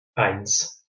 eins